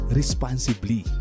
responsibly